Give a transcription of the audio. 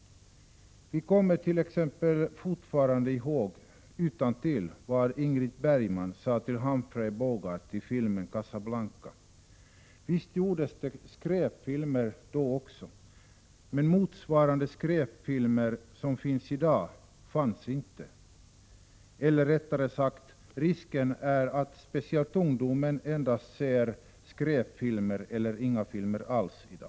Vi kommer t.ex. fortfarande ihåg utantill vad Ingrid Bergman sade till Humphrey Bogart i filmen Casablanca. Visst gjordes det skräpfilmer då också, men skräpfilmer motsvarande dem som visas i dag fanns inte. Risken är, rättare sagt, att speciellt ungdomen i dag endast ser skräpfilmer eller inga filmer alls.